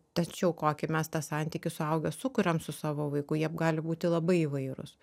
tačiau kokį mes tą santykį suaugę sukuriam su savo vaiku jieb gali būti labai įvairūs